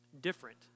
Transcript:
different